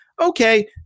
okay